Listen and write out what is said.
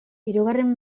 hirugarren